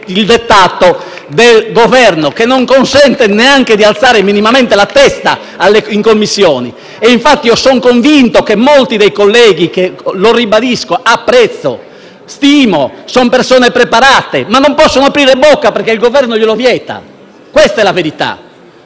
dal Gruppo PD)*, che non consente neanche di alzare minimamente la testa in Commissione. Sono infatti convinto che molti dei colleghi, a cui ribadisco apprezzamento e stima, sono persone preparate, ma non possono aprire bocca, perché il Governo glielo vieta: questa è la verità.